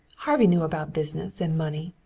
harvey knew about business and money.